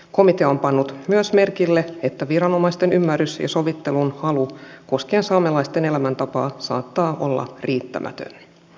komitea on pannut myös merkille että viranomaisten ymmärrys ja sovittelunhalu koskien saamelaisten elämäntapaa saattaa olla riittämätön